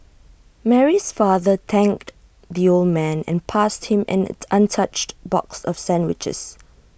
Mary's father thanked the old man and passed him an untouched box of sandwiches